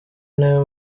nayo